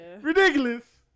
Ridiculous